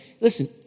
Listen